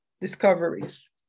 discoveries